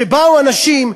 כשבאו אנשים,